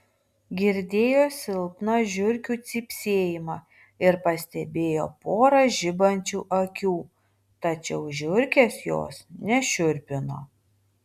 girdėjo silpną žiurkių cypsėjimą ir pastebėjo porą žibančių akių tačiau žiurkės jos nešiurpino